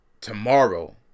tomorrow